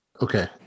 okay